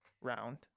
round